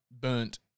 burnt